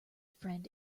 friend